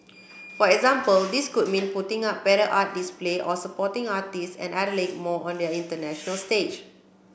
for example this could mean putting up better art display or supporting artists and athletes more on the international stage